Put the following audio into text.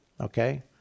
Okay